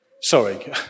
Sorry